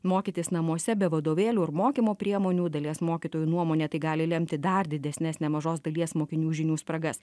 mokytis namuose be vadovėlių ir mokymo priemonių dalies mokytojų nuomone tai gali lemti dar didesnes nemažos dalies mokinių žinių spragas